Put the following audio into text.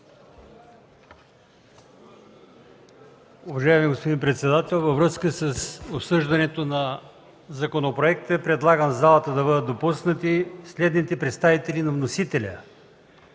Уважаеми господин председател, във връзка с обсъждането на законопроекта предлагам в залата да бъдат допуснати следните представители на вносителя: